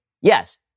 Yes